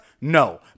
No